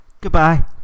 Goodbye